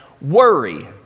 worry